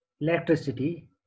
electricity